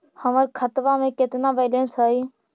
हमर खतबा में केतना बैलेंस हई?